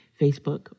Facebook